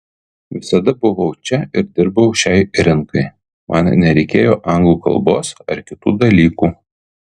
visada buvau čia ir dirbau šiai rinkai man nereikėjo anglų kalbos ar kitų dalykų